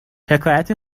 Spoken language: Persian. حکایت